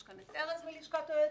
יש כאן את ארז מלשכת היועץ.